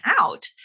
out